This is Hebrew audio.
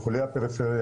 לחולי הפריפריה,